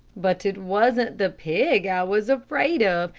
but it wasn't the pig i was afraid of,